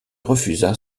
refusa